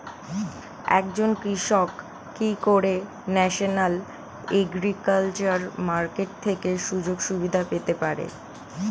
একজন কৃষক কি করে ন্যাশনাল এগ্রিকালচার মার্কেট থেকে সুযোগ সুবিধা পেতে পারে?